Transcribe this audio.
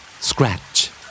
Scratch